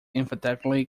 emphatically